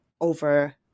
over